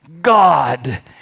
God